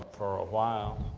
for a while,